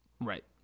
right